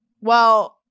Well-